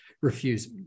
refuse